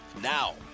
Now